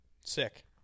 Sick